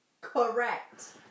correct